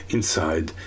Inside